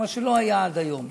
מה שלא היה עד היום.